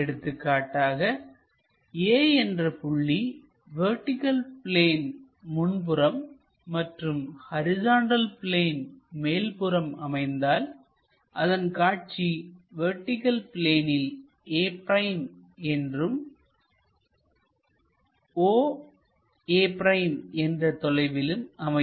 எடுத்துக்காட்டாக A என்ற புள்ளி வெர்டிகள் பிளேன் முன்புறம் மற்றும் ஹரிசாண்டல் பிளேன் மேல்புறம் அமைந்தால் அதன் காட்சி வெர்டிகள் பிளேனில் a' என்றும் oa' என்ற தொலைவிலும் அமையும்